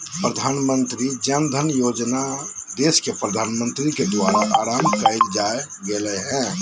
प्रधानमंत्री जन धन योजना देश के प्रधानमंत्री के द्वारा आरंभ कइल गेलय हल